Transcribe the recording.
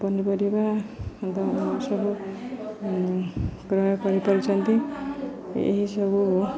ପନିପରିବା ଦ ସବୁ କ୍ରୟ କରିପାରୁଛନ୍ତି ଏହିସବୁ